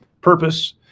purpose